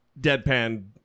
deadpan